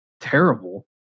terrible